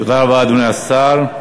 תודה רבה, אדוני השר.